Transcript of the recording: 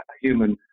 human